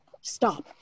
stop